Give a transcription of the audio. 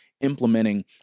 implementing